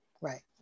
Right